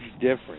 difference